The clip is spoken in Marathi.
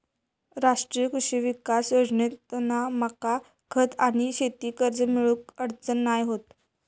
राष्ट्रीय कृषी विकास योजनेतना मका खत आणि शेती कर्ज मिळुक अडचण नाय होत